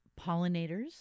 pollinators